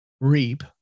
reap